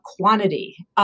quantity